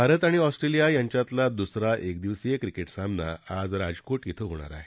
भारत आणि ऑस्ट्रेलिया यांच्यातला दुसरा एकदिवसीय क्रिके सामना आज राजको के होणार आहे